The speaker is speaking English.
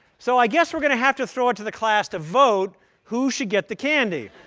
so i guess we're going to have to throw it to the class to vote who should get the candy.